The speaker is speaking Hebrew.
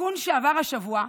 בתיקון שעבר השבוע,